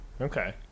Okay